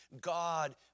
God